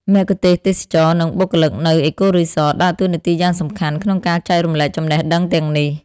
មគ្គុទ្ទេសក៍ទេសចរណ៍ និងបុគ្គលិកនៅ អេកូរីសត ដើរតួនាទីយ៉ាងសំខាន់ក្នុងការចែករំលែកចំណេះដឹងទាំងនេះ។